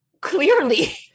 Clearly